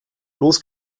los